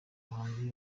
bahanzi